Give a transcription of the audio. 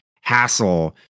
hassle